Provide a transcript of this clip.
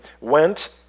went